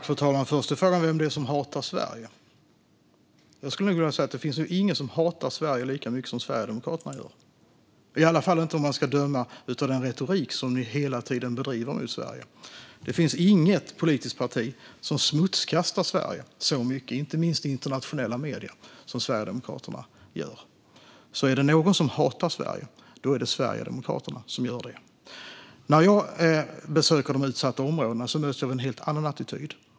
Fru talman! Först är väl frågan vem som hatar Sverige. Det finns nog ingen som hatar Sverige lika mycket som Sverigedemokraterna gör, i alla fall inte om man ska gå efter den retorik om Sverige som de hela tiden ägnar sig åt. Det finns inget politiskt parti som smutskastar Sverige så mycket som Sverigedemokraterna gör, inte minst i internationella medier. Är det någon som hatar Sverige är det Sverigedemokraterna. När jag besöker utsatta områden möts jag av en helt annan attityd.